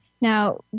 now